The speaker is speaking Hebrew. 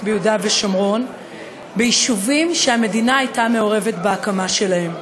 ביהודה ושומרון ביישובים שהמדינה הייתה מעורבת בהקמה שלהם.